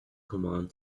command